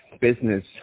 business